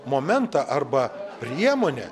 momentą arba priemonę